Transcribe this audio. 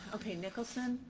okay, nicholson?